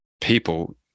people